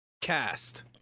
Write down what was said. Cast